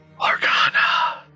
Argana